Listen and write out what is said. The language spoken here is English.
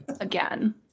again